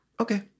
Okay